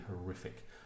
horrific